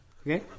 Okay